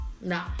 No